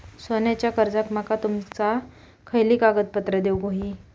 सोन्याच्या कर्जाक माका तुमका खयली कागदपत्रा देऊक व्हयी?